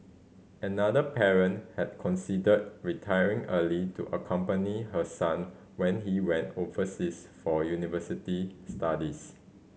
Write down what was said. another parent had considered retiring early to accompany her son when he went overseas for university studies